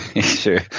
Sure